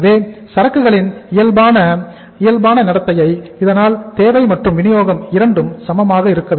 எனவே இது சரக்குகளின் இயல்பான இயல்பான நடத்தை இதனால் தேவை மற்றும் வினியோகம் இரண்டும் சமமாக இருக்கும்